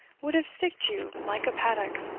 would have sticked you like a paddock,